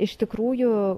iš tikrųjų